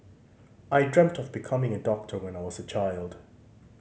I dreamt of becoming a doctor when I was a child